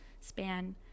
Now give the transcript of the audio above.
span